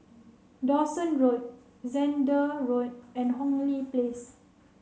Dawson Road Zehnder Road and Hong Lee Place